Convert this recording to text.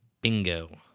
Bingo